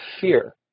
fear